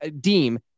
deem